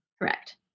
Correct